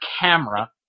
camera